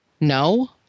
No